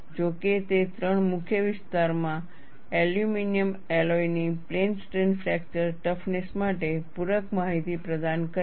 જો કે તે ત્રણ મુખ્ય વિસ્તારોમાં એલ્યુમિનિયમ એલોય ની પ્લેન સ્ટ્રેન ફ્રેક્ચર ટફનેસ માટે પૂરક માહિતી પ્રદાન કરે છે